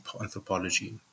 anthropology